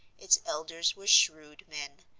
its elders were shrewd men.